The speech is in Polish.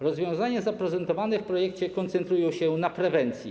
Rozwiązania zaprezentowane w projekcie koncentrują się na prewencji.